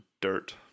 dirt